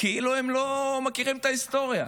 כאילו הם לא מכירים את ההיסטוריה